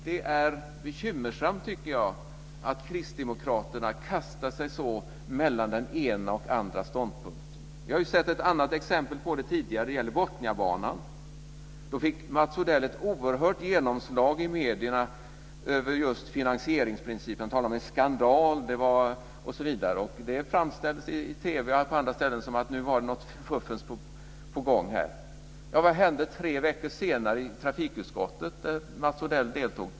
Det är bekymmersamt, tycker jag, att kristdemokraterna kastar sig så mellan den ena och den andra ståndpunkten. Vi har ju sett ett annat exempel på det tidigare. Det gäller Botniabanan. Då fick Mats Odell ett oerhört genomslag i medierna med just finansieringsprincipen. Han talade om en skandal, och det framställdes i TV och på andra ställen som att det var något fuffens på gång. Mats Odell deltog?